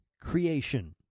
Creation